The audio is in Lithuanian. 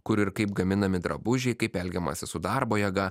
kur ir kaip gaminami drabužiai kaip elgiamasi su darbo jėga